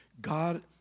god